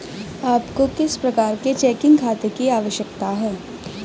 आपको किस प्रकार के चेकिंग खाते की आवश्यकता है?